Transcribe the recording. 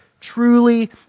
truly